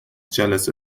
جلسه